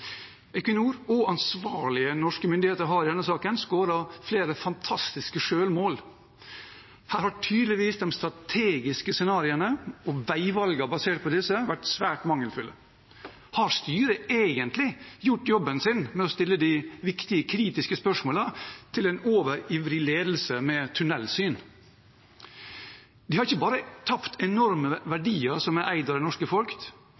Equinor og ansvarlige norske myndigheter har i denne saken skåret flere fantastiske selvmål. Her har tydeligvis de strategiske scenarioene og veivalgene basert på disse vært svært mangelfulle. Har styret egentlig gjort jobben sin med å stille de viktige kritiske spørsmålene til en overivrig ledelse med tunnelsyn? De har ikke bare tapt enorme verdier som er eid av det norske folk.